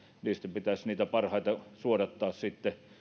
pitäisi niitä parhaita suodattaa sitten